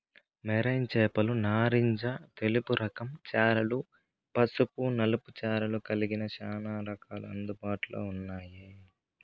marine చేపలు నారింజ తెలుపు రకం చారలు, పసుపు నలుపు చారలు కలిగిన చానా రకాలు అందుబాటులో ఉన్నాయి